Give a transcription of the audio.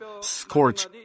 scorch